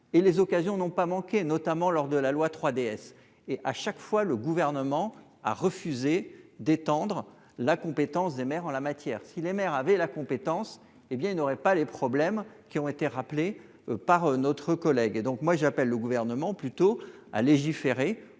et les occasions n'ont pas manqué notamment lors de la loi 3DS et à chaque fois, le gouvernement a refusé d'étendre la compétence des maires en la matière. Si les mères avaient la compétence, hé bien il n'aurait pas les problèmes qui ont été rappelés par notre collègue et donc moi j'appelle le gouvernement plutôt à légiférer